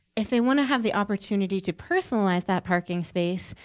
if they want to have the opportunity to personalize that parking space,